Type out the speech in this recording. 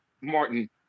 Martin